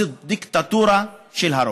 זאת דיקטטורה של הרוב.